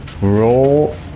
Roll